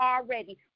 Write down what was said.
already